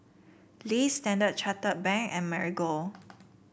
Lee Standard Chartered Bank and Marigold